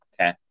Okay